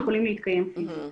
יכולים להתקיים פיזית.